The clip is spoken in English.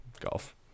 Golf